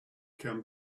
come